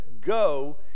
Go